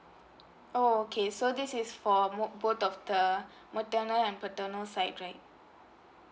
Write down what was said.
oh okay so this is for both of the maternal and paternal side right